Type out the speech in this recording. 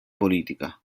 politica